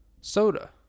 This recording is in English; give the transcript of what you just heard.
Soda